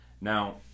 Now